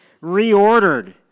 reordered